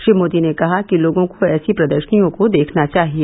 श्री मोदी ने कहा कि लोगों को ऐसी प्रदर्शनियों को देखना चाहिए